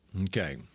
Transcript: Okay